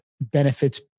benefits